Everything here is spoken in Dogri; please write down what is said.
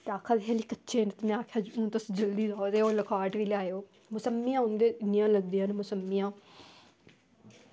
ते जेल्लै बी जाह्गे ते लोकाट बी लेई आयो मौसमियां उंदे इन्नी लगदियां न मौसमियां